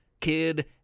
kid